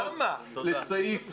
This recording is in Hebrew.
לסעיף